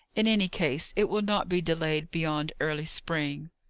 in any case, it will not be delayed beyond early spring.